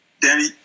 Danny